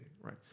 right